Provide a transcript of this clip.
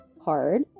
hard